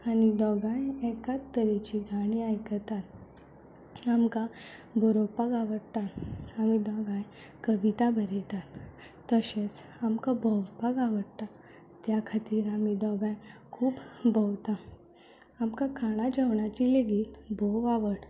आनी दोगांय एकाच तरेची गाणी आयकतात आमकां बरोवपाक आवडटा आमी दोगांय कविता बरयता तशेंच आमकां भोंवपाक आवडटा त्या खातीर आमी दोगांय खूब भोंवता आमकां खाणा जेवणाची लेगीत भोव आवड